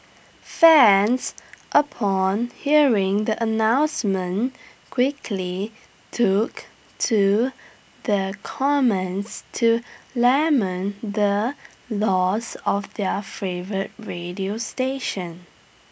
fans upon hearing the announcement quickly took to the comments to lament the loss of their favourite radio station